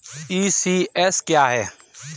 ECS क्या है?